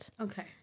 okay